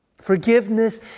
forgiveness